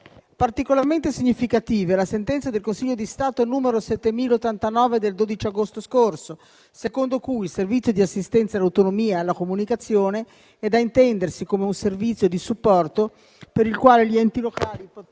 Particolarmente significativa è la sentenza del Consiglio di Stato n. 7089 del 12 agosto scorso, secondo cui il servizio di assistenza all'autonomia e alla comunicazione è da intendersi come un servizio di supporto per il quale gli enti locali potrebbero